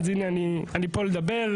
אז אני פה לדבר.